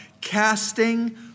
casting